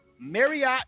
Marriott